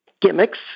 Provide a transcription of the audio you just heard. gimmicks